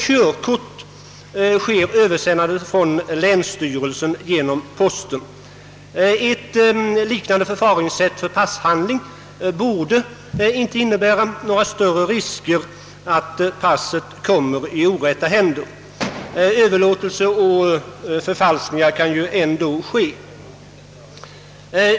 Körkort översänds från länsstyrelsen genom posten, och ett liknande förfaringssätt för passhandling borde inte innebära några större risker för att passet kommer i orätta händer — överlåtelser och förfalskningar kan ju ändå ske.